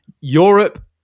Europe